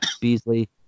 Beasley